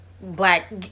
black